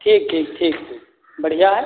ठीक ठीक ठीक ठीक बढ़िया है